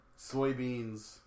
soybeans